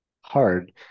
hard